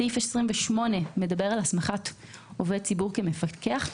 סעיף 28 מדבר על הסמכת עובד ציבור כמפקח.